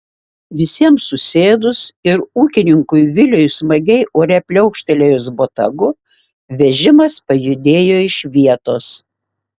visiems susėdus ir ūkininkui viliui smagiai ore pliaukštelėjus botagu vežimas pajudėjo iš vietos